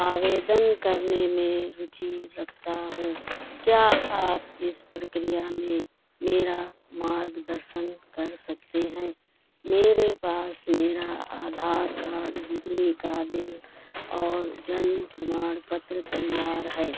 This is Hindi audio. आवेदन करने में रुचि रखता हूँ क्या आप इस प्रक्रिया में मेरा मार्गदर्शन कर सकते हैं मेरे पास मेरा आधार कार्ड बिजली का बिल और जन्म प्रमाण पत्र तैयार है